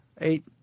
Eight